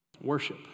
Worship